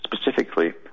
specifically